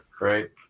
right